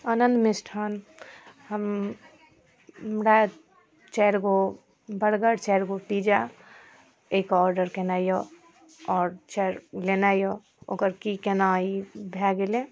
आनन्द मिष्ठान्न हम हमरा चारिगो बर्गर चारिगो पिज्जा एकऽ ऑडर केनाइ अइ आओर चारि लेनाइ अइ ओकर कि कोना ई भऽ गेलै